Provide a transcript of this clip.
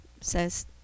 says